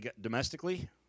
Domestically